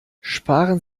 sparen